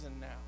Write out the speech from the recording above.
now